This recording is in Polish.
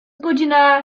godzina